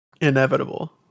inevitable